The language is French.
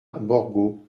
borgo